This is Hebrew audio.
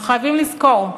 אנחנו חייבים לזכור: